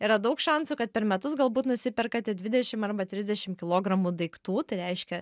yra daug šansų kad per metus galbūt nusiperkate dvidešim arba trisdešim kilogramų daiktų tai reiškia